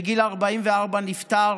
בגיל 44 הוא נפטר